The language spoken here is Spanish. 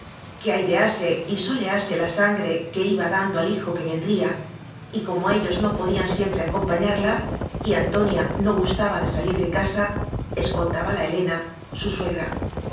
se pasease que airease y solease la sangre que iba dando al hijo que vendría y como ellos no podían siempre acompañarla y antonia no gustaba de salir de casa escoltábala helena su sue